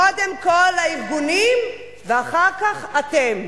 מעולם לא, קודם כול הארגונים, ואחר כך אתם.